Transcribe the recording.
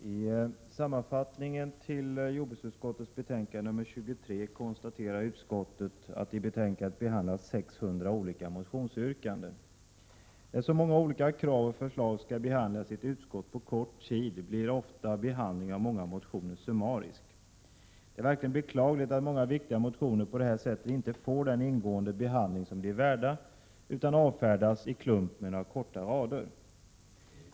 Herr talman! I sin sammanfattning av jordbruksutskottets betänkande nr 23 konstaterar utskottet att i betänkandet behandlas 600 olika motionsyrkanden. När så många olika krav och förslag skall behandlas i ett utskott på kort tid blir ofta behandlingen av många motioner summarisk. Det är verkligen beklagligt att många viktiga motioner på det här sättet inte får den ingående behandling som de är värda utan i många fall avfärdas i klump med några korta rader.